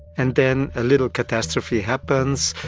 and then a little catastrophe happens.